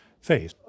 phase